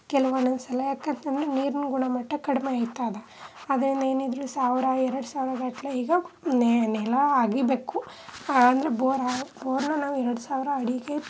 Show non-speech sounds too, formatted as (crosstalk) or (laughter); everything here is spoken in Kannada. ಕೆಲವೊಂದೊಂದು ಸಲ ಯಾಕಂತಂದರೆ ನೀರಿನ ಗುಣಮಟ್ಟ ಕಡಿಮೆ ಇದ್ದಾಗ (unintelligible) ಏನಿದ್ದರೂ ಸಾವಿರ ಎರಡು ಸಾವಿರಗಟ್ಲೆ ಈಗ ನೆಲ ಅಗೀಬೇಕು ಅಂದರೆ ಬೋರ್ ಬೋರನ್ನ ನಾವು ಎರಡು ಸಾವಿರ ಅಡಿಗೆ